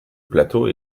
plateau